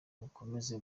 mukomeze